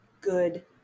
Good